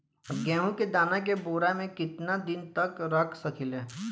गेहूं के दाना के बोरा में केतना दिन तक रख सकिले?